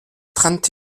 trente